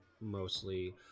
mostly